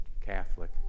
Catholic